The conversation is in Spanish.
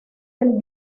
del